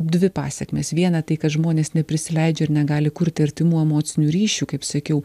dvi pasekmės viena tai kad žmonės neprisileidžia ir negali kurti artimų emocinių ryšių kaip sakiau